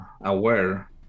aware